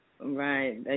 Right